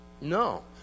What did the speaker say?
no